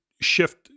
shift